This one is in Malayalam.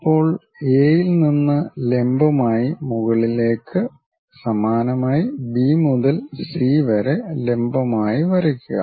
ഇപ്പോൾ എ യിൽ നിന്ന് ലംബമായി മുകളിലേക്ക് സമാനമായി ബി മുതൽ സി വരെ ലംബമായി വരക്കുക